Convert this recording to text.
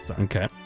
Okay